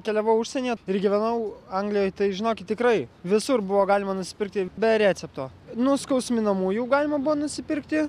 keliavau užsienyje ir gyvenau anglijoj tai žinokit tikrai visur buvo galima nusipirkti be recepto nuskausminamųjų galima buvo nusipirkti